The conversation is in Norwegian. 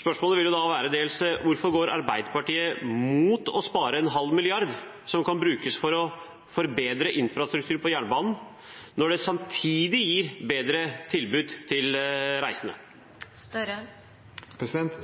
Spørsmålet vil da være: Hvorfor går Arbeiderpartiet imot å spare 0,5 mrd. kr, som kan brukes til å forbedre infrastrukturen på jernbanen, når det samtidig gir bedre tilbud til de reisende?